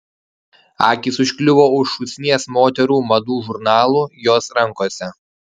akys užkliuvo už šūsnies moterų madų žurnalų jos rankose